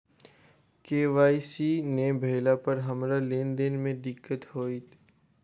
KYC नै भेला पर हमरा लेन देन मे दिक्कत होइत?